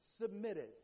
submitted